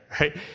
right